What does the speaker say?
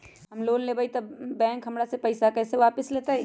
हम लोन लेलेबाई तब बैंक हमरा से पैसा कइसे वापिस लेतई?